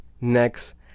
next